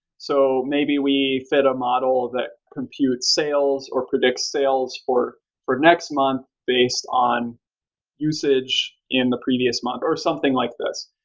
so maybe we fit a model that compute sales or predict sales for for next month based on usage in the previous month, or something like this.